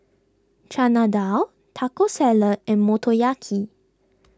Chana Dal Taco Salad and Motoyaki